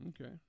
Okay